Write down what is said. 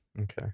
Okay